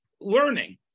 learning